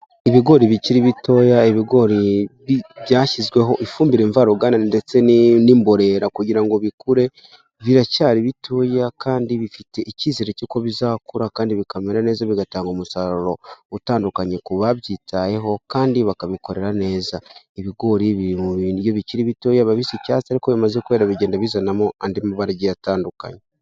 Ibigori bikiri bitoya, ibigori byashyizweho ifumbire mvaruganda ndetse n'imborera kugira bikure, biracyari bitoya kandi bifite icyizere cy'uko bizakura, kandi bikamera neza bigatanga umusaruro utandukanye ku babyitayeho, kandi bakabikorera neza. Ibigori bikiri bitoya biba bis'icyatsi, ariko bimaze kwera bigenda bizanamo andi mabara atandukanye.